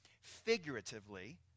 figuratively